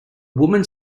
woman